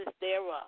thereof